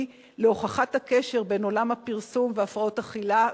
להוכחת הקשר בין עולם הפרסום להפרעות אכילה.